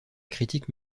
critique